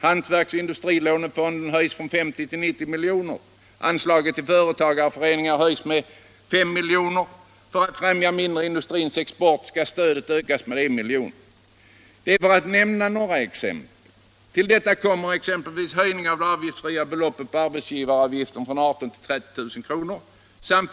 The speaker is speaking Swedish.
Hantverksoch industrilånefonden höjs från 50 milj.kr. till 90 milj.kr., anslaget till företagarföreningar höjs med 5 milj.kr. och för att främja den mindre industrins export skall stödet ökas med 1 milj.kr., detta för att nämna bara några exempel. Härtill kommer exempelvis en höjning av det av giftsfria beloppet från 18 000 till 30 000 kr. när det gäller arbetsgivaravgiften.